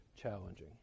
challenging